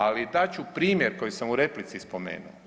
Ali dat ću primjer koji sam u replici spomenuo.